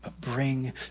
Bring